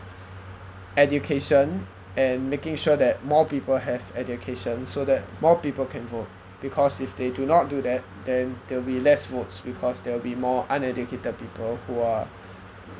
education and making sure that more people have education so that more people can vote because if they do not do that then there will be less votes because there will be more uneducated people who are